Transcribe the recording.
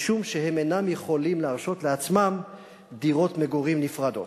משום שהם אינם יכולים להרשות לעצמם דירות מגורים נפרדות.